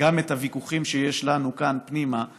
גם את הוויכוחים שיש לנו כאן פנימה בהמשך,